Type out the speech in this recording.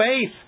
faith